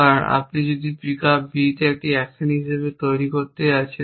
কারণ আপনি যদি পিকআপ B একটি অ্যাকশন হিসাবে করতে যাচ্ছেন